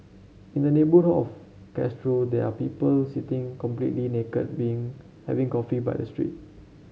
in the neighbour of Castro there are people sitting completely naked being having coffee by the street